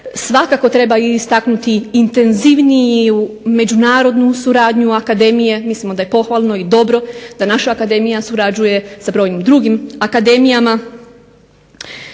Svakako treba istaknuti intenzivniju međunarodnu suradnju akademije. Mislimo da je pohvalno i dobro da naša akademija surađuje s brojnim drugim akademijama.